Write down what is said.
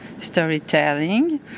storytelling